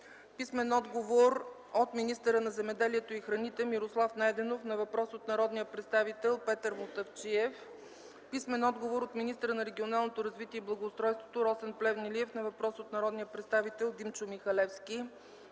Мутафчиев; - от министъра на земеделието и храните Мирослав Найденов на въпрос от народния представител Петър Мутафчиев; - от министъра на регионалното развитие и благоустройството Росен Плевнелиев на въпрос от народния представител Димчо Михалевски;